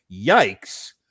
yikes